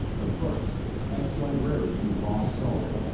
the first ex-librarian ross sullivan.